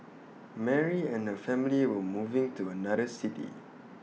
Mary and her family were moving to another city